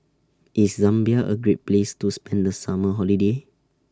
IS Zambia A Great Place to spend The Summer Holiday